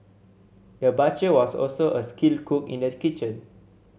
the butcher was also a skilled cook in the kitchen